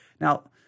Now